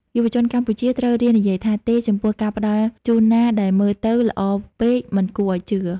យុវជនកម្ពុជាត្រូវរៀននិយាយថា "ទេ" ចំពោះការផ្តល់ជូនណាដែលមើលទៅ "ល្អពេកមិនគួរឱ្យជឿ"។